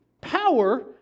power